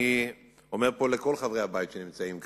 אני אומר פה לכל חברי הבית שנמצאים כאן,